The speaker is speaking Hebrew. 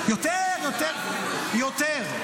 יותר, יותר.